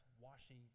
washing